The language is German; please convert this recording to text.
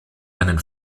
einen